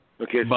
Okay